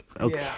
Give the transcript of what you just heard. Okay